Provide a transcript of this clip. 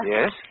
Yes